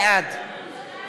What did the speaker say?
בעד